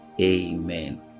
Amen